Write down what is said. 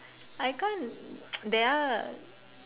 I can't there are